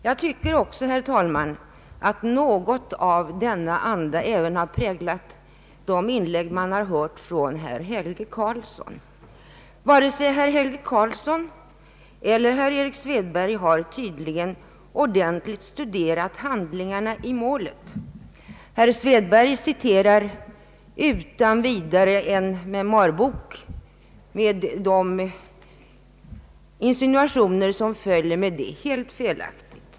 Jag tycker också, herr talman, att något av denna anda även har präglat de inlägg man har hört från herr Helge Karlsson. Varken herr Helge Karlsson eller herr Erik Svedberg har tydligen ordentligt studerat handlingarna i målet. Herr Svedberg citerar utan vidare en memoarbok med de insinuationer som följer, men det är helt felaktigt.